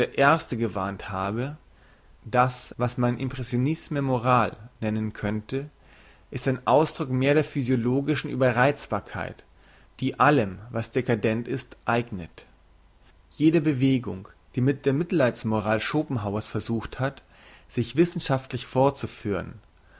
erste gewarnt habe das was man l'impressionisme morale nennen könnte ist ein ausdruck mehr der physiologischen überreizbarkeit die allem was dcadent ist eignet jene bewegung die mit der mitleids moral schopenhauer's versucht hat sich wissenschaftlich vorzuführen